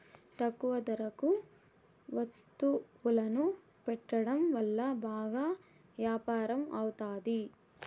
తక్కువ ధరలకు వత్తువులను పెట్టడం వల్ల బాగా యాపారం అవుతాది